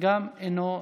גם אינו נוכח.